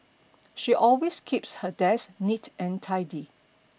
she always keeps her desk neat and tidy